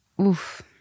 oof